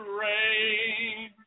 rain